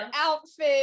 outfit